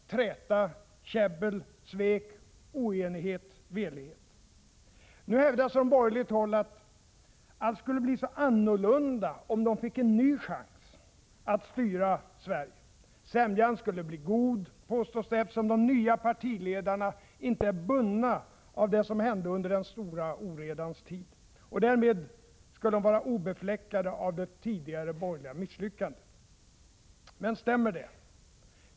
Träta. Käbbel. Svek. Oenighet. Velighet. Nu hävdas det från borgerligt håll att allt skulle bli så annorlunda om de fick en ny chans att styra Sverige. Sämjan skulle bli god, påstås det, eftersom de nya partiledarna inte är bundna av det som hände under den stora oredans tid och därmed skulle vara obefläckade av det tidigare borgerliga misslyckandet. Men stämmer det?